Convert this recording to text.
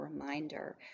reminder